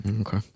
okay